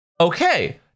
Okay